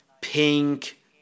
pink